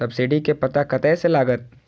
Subsidy के पता कतय से लागत?